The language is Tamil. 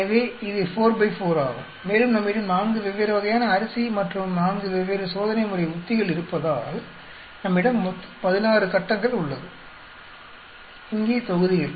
எனவே இது 4 பை 4 ஆகும் மேலும் நம்மிடம் 4 வெவ்வேறு வகையான அரிசி மற்றும் 4 வெவ்வேறு சோதனைமுறை உத்திகள் இருப்பதால் நம்மிடம் மொத்தம் 16 கட்டங்கள் உள்ளது இங்கே தொகுதிகள்